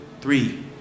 three